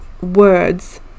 words